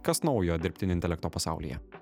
kas naujo dirbtinio intelekto pasaulyje